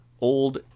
Old